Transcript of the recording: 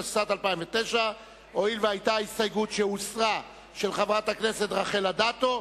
התשס"ט 2009. הואיל והוסרה ההסתייגות של חברת הכנסת רחל אדטו,